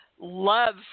love